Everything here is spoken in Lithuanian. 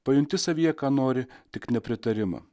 pajunti savyje ką nori tik ne pritarimą